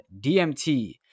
DMT